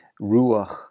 Ruach